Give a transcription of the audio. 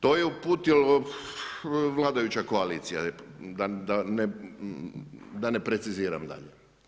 To je uputilo vladajuća koalicija da ne preciziram dalje.